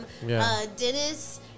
Dennis